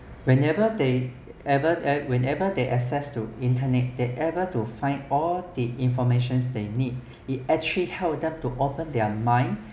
whenever they even uh whenever they access to internet they are able to find all the information they need it actually helps them to open their mind